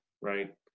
right